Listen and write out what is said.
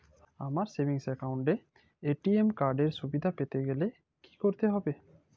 আমার savings account এ ATM card এর সুবিধা পেতে গেলে কি করতে হবে?